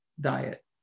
diet